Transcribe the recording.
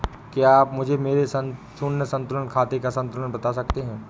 क्या आप मुझे मेरे शून्य संतुलन खाते का संतुलन बता सकते हैं?